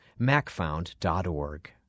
macfound.org